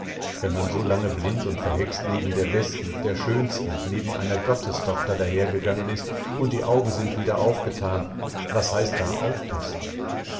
wenn man so lange blind und verhext neben der besten der schönsten neben einer gottestochter dahergegangen ist und die augen sind wieder aufgetan was heißt da aufpassen